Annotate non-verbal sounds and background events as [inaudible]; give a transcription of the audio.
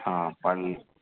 ആ [unintelligible]